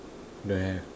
don't have